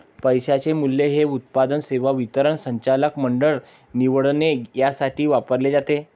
पैशाचे मूल्य हे उत्पादन, सेवा वितरण, संचालक मंडळ निवडणे यासाठी वापरले जाते